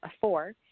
four